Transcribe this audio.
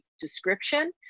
description